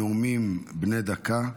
נאומים בני דקה.